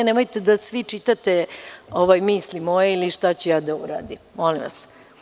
Nemojte da svi čitate misli moje ili šta ću ja da uradim, molim vas.